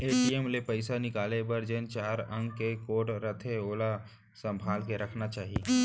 ATM ले पइसा निकाले बर जेन चार अंक के कोड रथे ओला संभाल के रखना चाही